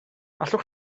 allwch